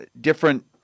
different